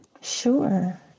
Sure